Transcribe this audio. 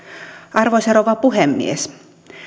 arvoisa rouva puhemies